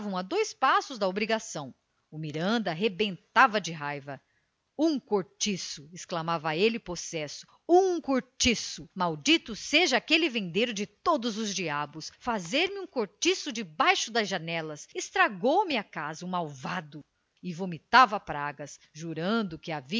dois passos da obrigação o miranda rebentava de raiva um cortiço exclamava ele possesso um cortiço maldito seja aquele vendeiro de todos os diabos fazer-me um cortiço debaixo das janelas estragou me a casa o malvado e vomitava pragas jurando que